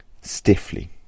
Stiffly